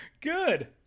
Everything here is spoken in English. good